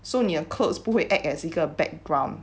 so 你的 clothes 不会 act as 一个 background